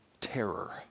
terror